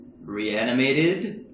reanimated